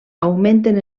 augmenten